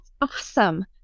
awesome